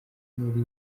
muri